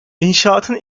i̇nşaatın